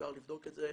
אפשר לבדוק את זה,